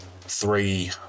three